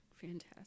fantastic